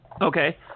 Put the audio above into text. Okay